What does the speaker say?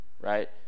right